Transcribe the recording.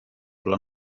olla